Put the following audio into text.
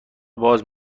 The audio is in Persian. باز